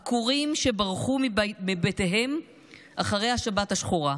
עקורים, שברחו מבתיהם אחרי השבת השחורה,